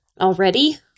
Already